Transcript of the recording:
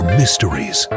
mysteries